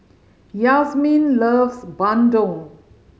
Yasmeen loves bandung